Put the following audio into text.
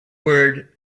word